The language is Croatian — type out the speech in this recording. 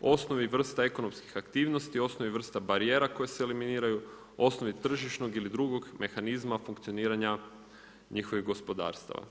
osnovi vrsta ekonomskih aktivnosti, osnovi vrsta barijera koje se eliminiraju, osnovi tržišnog ili drugog mehanizma funkcioniranja njihovih gospodarstava.